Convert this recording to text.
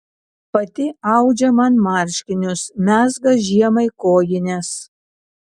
pati audžia man marškinius mezga žiemai kojines